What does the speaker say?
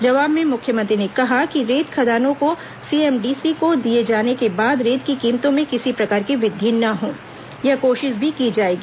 जवाब में मुख्यमंत्री ने कहा कि रेत खदानों को सीएमडीसी को दिए जाने के बाद रेत की कीमतों में किसी प्रकार की वृद्धि न हो यह कोशिश भी की जाएगी